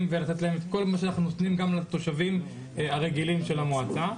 ולתת להם את כל מה שאנחנו נותנים גם לתושבים הרגילים של המועצה.